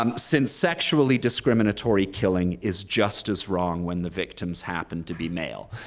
um since sexually discriminatory killing is just as wrong when the victims happen to be male.